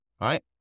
right